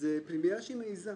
זו פנימייה שהיא מעיזה.